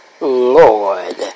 Lord